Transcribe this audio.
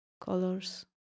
colors